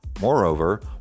Moreover